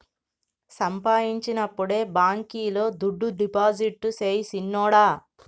సంపాయించినప్పుడే బాంకీలో దుడ్డు డిపాజిట్టు సెయ్ సిన్నోడా